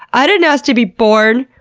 i didn't ask to be born?